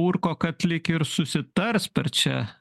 urko kad lyg ir susitars per čia